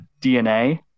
DNA